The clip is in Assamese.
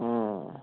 অঁ